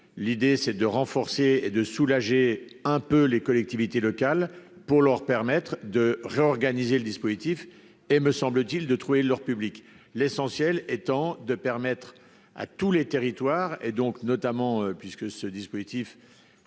L'idée est de renforcer et de soulager un peu les collectivités locales pour leur permettre de réorganiser le dispositif et, me semble-t-il, de trouver leur public, l'essentiel étant de permettre à tous les territoires, notamment aux territoires